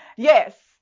Yes